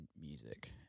music